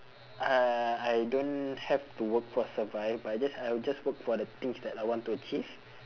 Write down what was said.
uh I don't have to work for survive but I just I will just work for the things I want to achieve